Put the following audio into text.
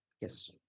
Yes